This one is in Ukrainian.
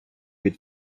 від